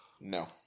No